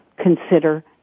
consider